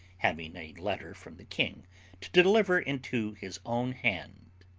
having a letter from the king to deliver into his own hand.